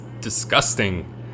disgusting